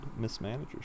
mismanagers